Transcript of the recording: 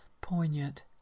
poignant